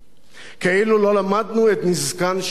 כאילו לא למדנו את נזקן של מלים,